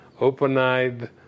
open-eyed